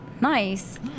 Nice